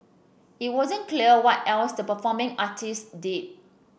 it wasn't clear what else the performing artists did